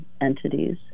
entities